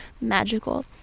magical